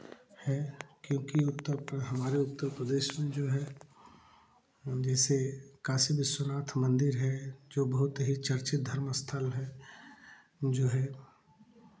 है क्योंकि उत्तर प्र हमारे उत्तर प्रदेश में जो है जैसे काशी विश्वनाथ मंदिर है जो बहुत ही चर्चित धर्मस्थल है जो है